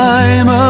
time